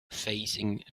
facing